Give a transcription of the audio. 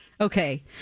okay